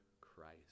Christ